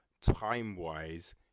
time-wise